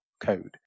code